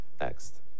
next